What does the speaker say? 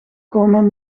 komen